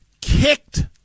kicked